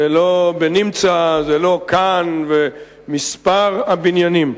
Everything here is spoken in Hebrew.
זה לא בנמצא, זה לא כאן, ומספר הבניינים,